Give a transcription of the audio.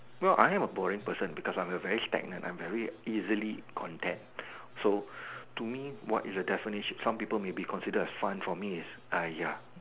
well I am a boring person because I am very stagnant I'm very easily content so to me what is the definition some people may consider it as fun to me is !aiya!